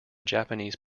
japanese